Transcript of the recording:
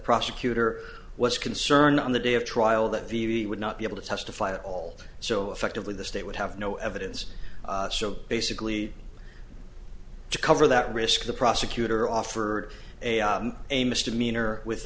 prosecutor was concerned on the day of trial that v b would not be able to testify at all so effectively the state would have no evidence so basically to cover that risk the prosecutor offered a misdemeanor with